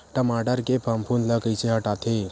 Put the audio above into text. टमाटर के फफूंद ल कइसे हटाथे?